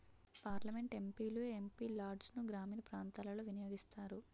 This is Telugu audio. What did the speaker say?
పార్లమెంట్ ఎం.పి లు ఎం.పి లాడ్సును గ్రామీణ ప్రాంతాలలో వినియోగిస్తారు